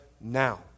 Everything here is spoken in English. now